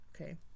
okay